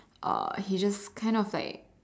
uh he just kind of like